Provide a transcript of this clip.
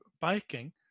biking